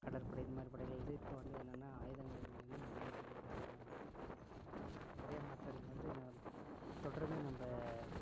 கடற்படை இது மாதிரி படைகள் வந்து இப்போ வந்து என்னன்ன ஆயுதங்கள் மூலியமாக நவீன படைகள் பயங்கரமாக வந்துகிட்டு இருக்கு நிறைய மாற்றங்கள் வந்து தொடர்ந்து நம்ம